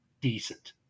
decent